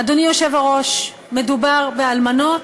אדוני היושב-ראש, מדובר באלמנות,